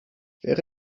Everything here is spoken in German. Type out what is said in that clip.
wäre